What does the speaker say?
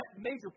major